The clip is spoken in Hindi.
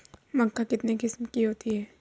मक्का कितने किस्म की होती है?